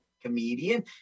comedian